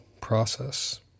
process